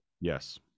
Yes